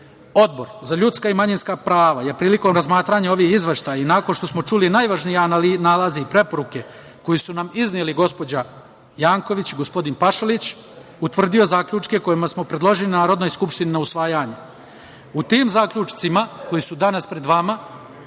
itd. Odbor za ljudska i manjinska prava je prilikom razmatranja ovih izveštaja i nakon što smo čuli najvažnije nalaze i preporuke koji su nam izneli gospođa Janković i gospodin Pašalić, utvrdio zaključke kojima smo predložili Narodnoj skupštini na usvajanje. U tim zaključcima koji su danas pred vama